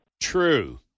true